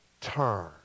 Turn